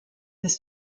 his